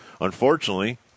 unfortunately